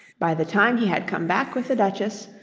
by the time he had come back with the duchess,